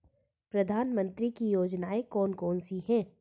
प्रधानमंत्री की योजनाएं कौन कौन सी हैं?